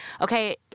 Okay